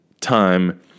time